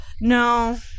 No